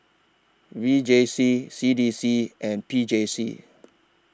V J C C D C and P J C